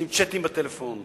עושים צ'טים בטלפון,